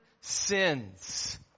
sins